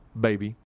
baby